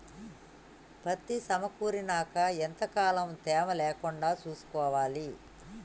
పత్తి సమకూరినాక ఎంత కాలం తేమ లేకుండా చూసుకోవాలి?